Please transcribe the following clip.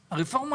תחרות.